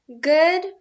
good